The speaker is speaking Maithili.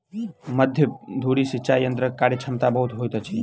मध्य धुरी सिचाई यंत्रक कार्यक्षमता बहुत होइत अछि